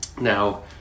Now